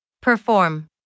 Perform